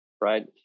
right